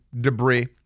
debris